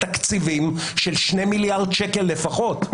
תקציבים של 2 מיליארד שקלים לפחות לסגן השר שמטפל בפשיעה המאורגנת.